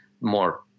more